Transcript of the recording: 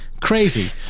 Crazy